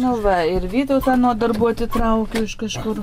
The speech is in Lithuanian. nu va ir vytautą nuo darbų atitraukiau iš kažkur